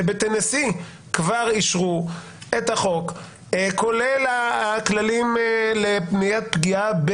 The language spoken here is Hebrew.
שבטנסי כבר אישרו את החוק כולל הכללים למניעת פגיעה,